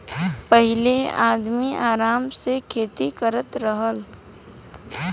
पहिले आदमी आराम से खेती करत रहल